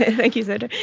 thank you sandra.